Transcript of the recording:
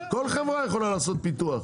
כל חברה יכולה לעשות פיתוח.